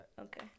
Okay